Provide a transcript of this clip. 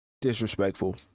disrespectful